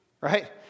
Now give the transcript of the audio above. right